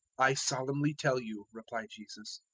i solemnly tell you replied jesus,